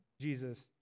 Jesus